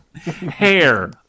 hair